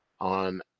on